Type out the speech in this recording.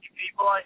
people